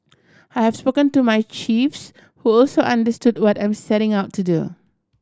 I have spoken to my chiefs who also understood what I'm setting out to do